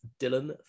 Dylan